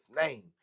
name